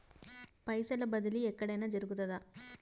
పైసల బదిలీ ఎక్కడయిన జరుగుతదా?